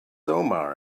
omar